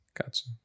Gotcha